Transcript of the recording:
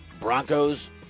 Broncos